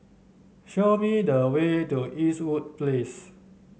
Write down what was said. show me the way to Eastwood Place